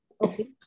Okay